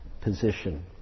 position